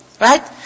Right